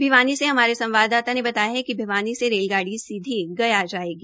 भिवानी से हमारे संवाददाता ने बताया कि भिवानी से रेलगाड़ी सीधी गया जायेगी